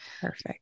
Perfect